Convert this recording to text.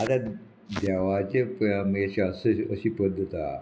आतां देवाचे आमी अशें अशी पद्दत आहा